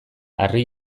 harri